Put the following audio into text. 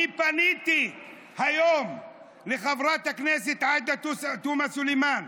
אני פניתי היום לחברת הכנסת עאידה תומא סלימאן.